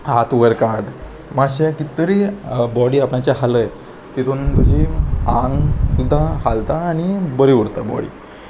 हात वयर काड मातशें कित तरी बॉडी आपणाची हालय तितून तुजी आंग सुद्दां हालता आनी बरी उरता बॉडी